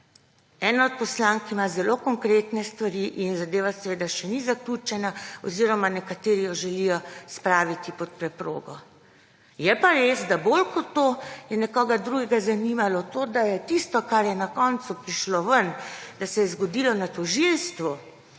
Ena od poslank ima zelo konkretne stvari in zadeva seveda še ni zaključena oziroma nekateri jo želijo spraviti pod preprogo. Je pa res, da bolj kot to je nekoga drugega zanimalo to, da je tisto, kar je na koncu prišlo ven, da se je zgodilo na tožilstvu,